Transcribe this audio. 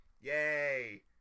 Yay